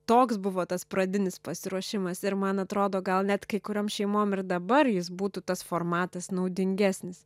toks buvo tas pradinis pasiruošimas ir man atrodo gal net kai kuriom šeimom ir dabar jis būtų tas formatas naudingesnis